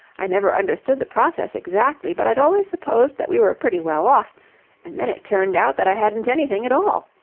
i never understood the process exactly, but i'd always supposed that we were pretty well off and then it turned out that i hadn't anything at all.